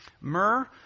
myrrh